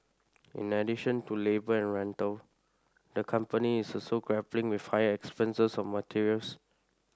in addition to labour and rental the company is also grappling with higher expenses on materials